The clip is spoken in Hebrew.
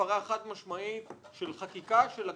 הפרה חד משמעית של חקיקה של הכנסת.